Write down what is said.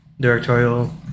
directorial